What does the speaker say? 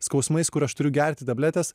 skausmais kur aš turiu gerti tabletes